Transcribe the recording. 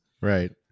right